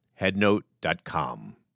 headnote.com